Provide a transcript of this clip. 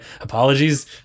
apologies